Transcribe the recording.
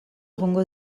egongo